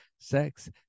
sex